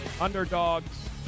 underdogs